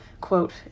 Quote